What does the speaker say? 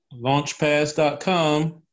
launchpass.com